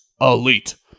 elite